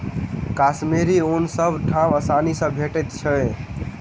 कश्मीरी ऊन सब ठाम आसानी सँ भेटैत छै